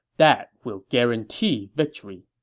that will guarantee victory.